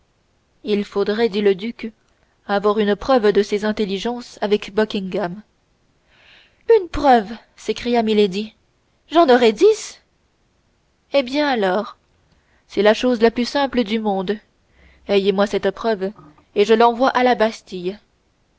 il faudrait dit le duc avoir une preuve de ses intelligences avec buckingham une preuve s'écria milady j'en aurai dix eh bien alors c'est la chose la plus simple du monde ayezmoi cette preuve et je l'envoie à la bastille